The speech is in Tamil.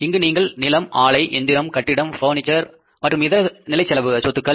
இங்கு நீங்கள் நிலம் ஆளை எந்திரம் கட்டிடம் பர்னிச்சர் மற்றும் இதர நிலைச் சொத்துக்கள்